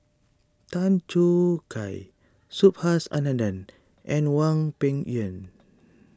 Tan Choo Kai Subhas Anandan and Hwang Peng Yuan